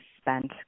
spent